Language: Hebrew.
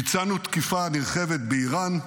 ביצענו תקיפה נרחבת באיראן,